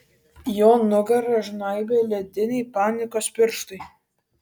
jo nugarą žnaibė lediniai panikos pirštai